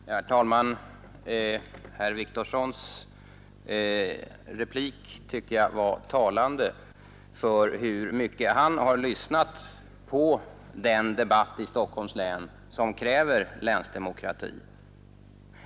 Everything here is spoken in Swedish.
Herr talman! Herr Wictorssons replik tycker jag var talande för hur mycket han har lyssnat på den debatt i Stockholms län där man kräver länsdemokrati.